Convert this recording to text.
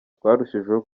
twarushijeho